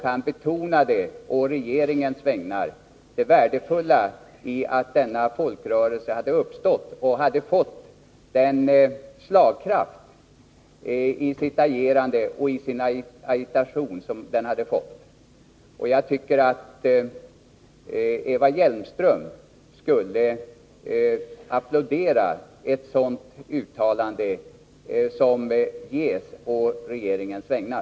Han betonade på regeringens vägnar det värdefulla i att denna folkrörelse hade uppstått och fått en sådan slagkraft i sitt agerande och i sin agitation. Jag tycker att Eva Hjelmström skulle applådera ett sådant uttalande, som gavs på regeringens vägnar.